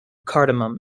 cardamom